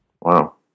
Wow